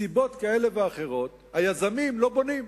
מסיבות כאלה ואחרות, היזמים לא בונים.